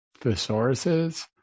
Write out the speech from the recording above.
thesauruses